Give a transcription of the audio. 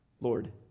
Lord